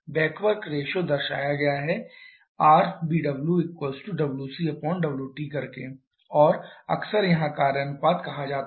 back work ratio दर्शाया गया है rbwwcwt और अक्सर वहाँ कार्य अनुपात कहा जाता है